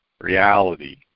reality